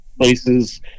places